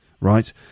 right